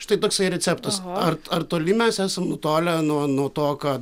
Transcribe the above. štai toksai receptas ar ar toli mes esam nutolę nuo nuo to ką